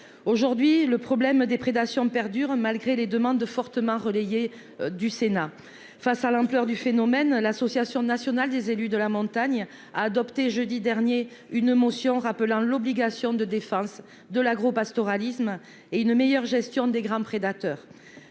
aujourd'hui le problème des prédations perdure malgré les demandes de fortement relayée du Sénat face à l'ampleur du phénomène, l'association nationale des élus de la montagne, a adopté jeudi dernier une motion rappelant l'obligation de défense de l'agro-pastoralisme et une meilleure gestion des grands prédateurs,